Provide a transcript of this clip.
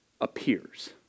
appears